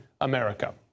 America